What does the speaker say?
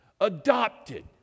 Adopted